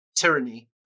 tyranny